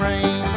Rain